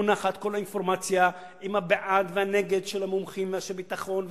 מונחת כל האינפורמציה עם בעד ונגד של מומחים ואנשי ביטחון,